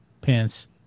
Pence